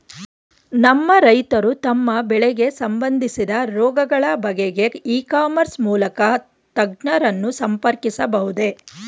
ನಮ್ಮ ರೈತರು ತಮ್ಮ ಬೆಳೆಗೆ ಸಂಬಂದಿಸಿದ ರೋಗಗಳ ಬಗೆಗೆ ಇ ಕಾಮರ್ಸ್ ಮೂಲಕ ತಜ್ಞರನ್ನು ಸಂಪರ್ಕಿಸಬಹುದೇ?